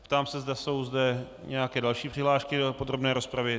Ptám se, zda jsou zde nějaké další přihlášky do podrobné rozpravy.